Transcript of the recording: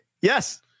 Yes